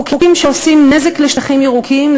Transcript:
חוקים שעושים נזק לשטחים ירוקים,